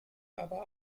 aber